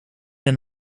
een